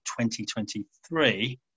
2023